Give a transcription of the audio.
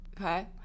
okay